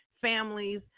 families